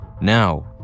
Now